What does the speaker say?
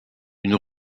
une